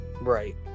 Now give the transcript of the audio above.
Right